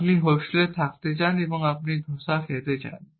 আপনি হোস্টেলে থাকতে চান এবং আপনি ডোসা খেতে চান